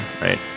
right